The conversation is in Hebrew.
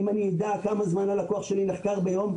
אם אדע כמה זמן הלקוח שלי נחקר ביום,